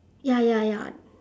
ya ya ya